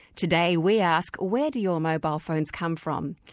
today we ask where do your mobile phones come from,